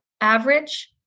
average